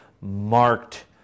marked